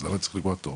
אתה צריך לקבוע תור,